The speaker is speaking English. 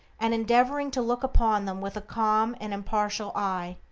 and endeavoring to look upon them with a calm and impartial eye.